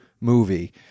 movie